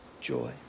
joy